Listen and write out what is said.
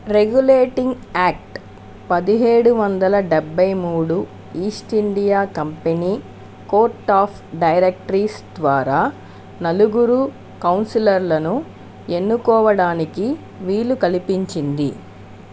regulating act పదిహేడు వందల డెబ్భై మూడు east India company court of directories ద్వారా నలుగురు కౌన్సిలర్లను ఎన్నుకోవడానికి వీలు కల్పించింది